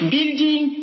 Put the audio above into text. Building